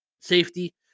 safety